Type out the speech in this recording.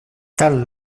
tal